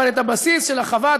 אבל את הבסיס של החווה,